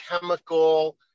chemical